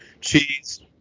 cheese